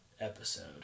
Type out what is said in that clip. Episode